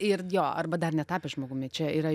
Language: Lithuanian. ir jo arba dar netapęs žmogumi čia yra